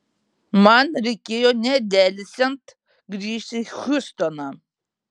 man reikėjo nedelsiant grįžti į hjustoną